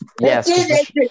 Yes